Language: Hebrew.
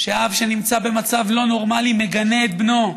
שאב שנמצא במצב לא נורמלי מגנה את בנו,